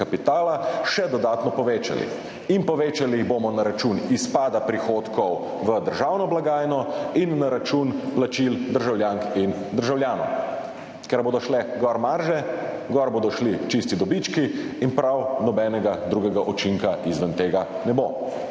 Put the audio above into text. še dodatno povečali. In povečali jih bomo na račun izpada prihodkov v državno blagajno in na račun plačil državljank in državljanov, ker bodo šle gor marže, gor bodo šli čisti dobički in prav nobenega drugega učinka izven tega ne bo.